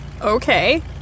okay